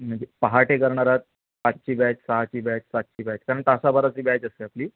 म्हणजे पहाटे करणार आहात पाचची बॅच सहाची बॅच सातची बॅच कारण तासाभराची बॅच असते आपली